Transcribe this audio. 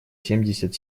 семьдесят